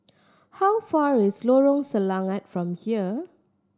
how far is Lorong Selangat from here